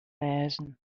wêzen